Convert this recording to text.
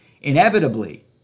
Inevitably